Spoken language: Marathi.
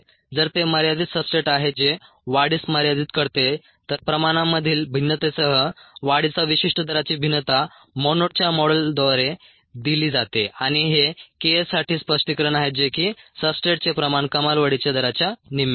जर ते मर्यादित सब्सट्रेट आहे जे वाढीस मर्यादित करते तर प्रमाणामधील भिन्नतेसह वाढीच्या विशिष्ट दराची भिन्नता मोनोडच्या मॉडेलद्वारे दिली जाते आणि हे K s साठी स्पष्टीकरण आहे जे की सब्सट्रेटचे प्रमाण कमाल वाढीच्या दराच्या निम्मे आहे